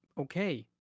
okay